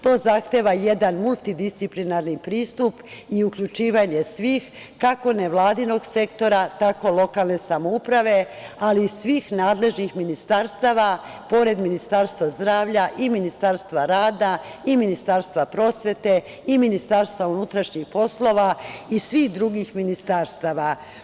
To zahteva jedan multidisciplinarni pristup i uključivanje svih, kako nevladinog sektora, tako i lokalne samouprave, ali i svih nadležnih ministarstava pored Ministarstva zdravlja i Ministarstva rada i Ministarstva prosvete i Ministarstva unutrašnjih poslova i svih drugih ministarstava.